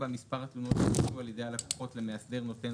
מספר התלונות שהוגשו על ידי הלקוחות למאסדר נותן